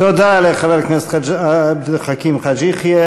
תודה לחבר הכנסת עבד אל חכים חאג' יחיא.